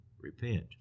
repent